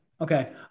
Okay